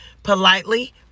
politely